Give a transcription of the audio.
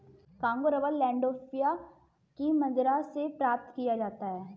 Congo rubber Landolphia की मदिरा से प्राप्त किया जाता है